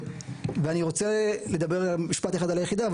ואני רוצה לדבר משפט אחד על היחידה,